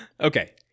Okay